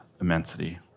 immensity